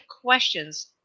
questions